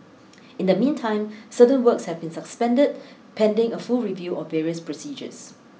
in the meantime certain works have been suspended pending a full review of various procedures